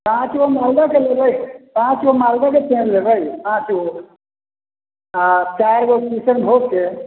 पाँचगो मोलदो लेबै पाँचगो मालदा कऽ पेड़ लबै पाँचगो आ चारिगो क्रिसनभोग के